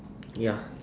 ya